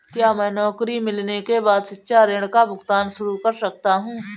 क्या मैं नौकरी मिलने के बाद शिक्षा ऋण का भुगतान शुरू कर सकता हूँ?